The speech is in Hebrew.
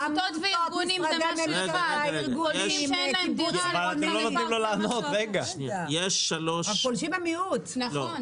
עמותות וארגונים שאין להם דירה פונים --- הפולשים הם הרוב.